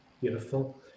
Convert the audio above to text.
Beautiful